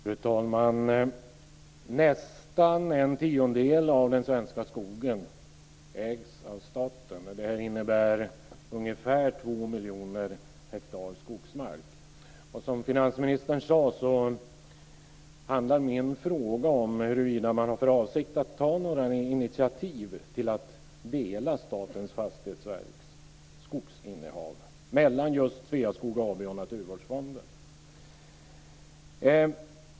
Fru talman! Nästan en tiondel av den svenska skogen ägs av staten. Det innebär ungefär 2 miljoner hektar skogsmark. Som finansministern sade handlar min fråga om huruvida man har för avsikt att ta några initiativ till att dela Statens fastighetsverks skogsinnehav mellan just Sveaskog AB och Naturvårdsfonden.